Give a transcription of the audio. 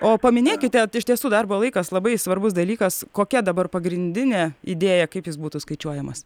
o paminėkite iš tiesų darbo laikas labai svarbus dalykas kokia dabar pagrindinė idėja kaip jis būtų skaičiuojamas